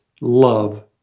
love